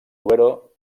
duero